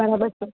બરાબર છે